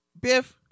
Biff